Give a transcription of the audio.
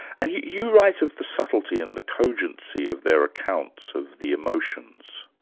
and you you write of the subtlety and the cogency of their accounts of the emotions.